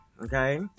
okay